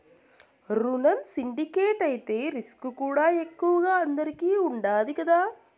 రునం సిండికేట్ అయితే రిస్కుకూడా ఎక్కువగా అందరికీ ఉండాది కదా